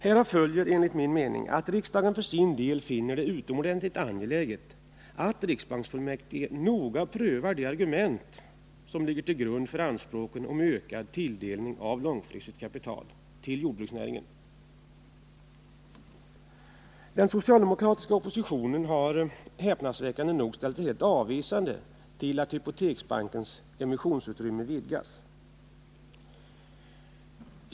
Härav följer enligt min mening att riksdagen för sin del finner det utomordentligt angeläget att riksbanksfullmäktige noga prövar de argument som ligger till grund för anspråken på ökad tilldelning av långfristigt kapital till jordbruksnäringen. Den socialdemokratiska oppositionen har häpnadsväckande nog ställt sig helt avvisande till att hypoteksbankens emissionsutrymme vidgas.